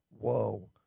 whoa